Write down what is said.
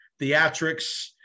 theatrics